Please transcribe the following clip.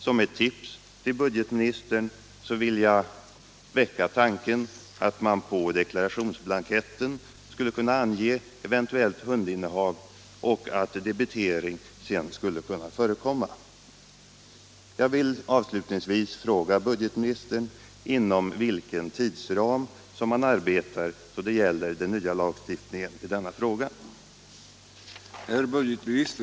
Som ett tips till budgetministern vill jag väcka tanken att man på deklarationsblanketten skulle ange eventuellt hundinnehav och att debitering sedan skulle ske.